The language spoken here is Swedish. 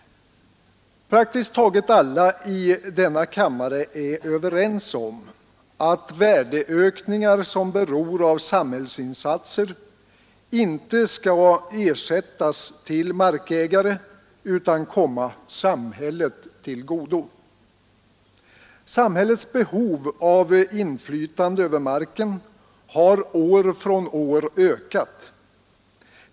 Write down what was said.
Praktiskt taget alla i denna kammare är överens om att värdeökningar som beror av samhällsinsatser inte skall ersättas till markägare utan komma samhället till godo. Samhällets behov av inflytande över marken har år från år ökat.